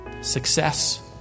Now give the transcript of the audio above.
success